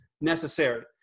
necessary